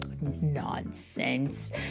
Nonsense